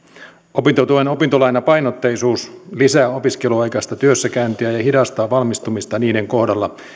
opintotuen opintolainapainotteisuus lisää opiskeluaikaista työssäkäyntiä ja ja hidastaa valmistumista niiden kohdalla